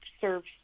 serves